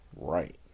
Right